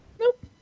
Nope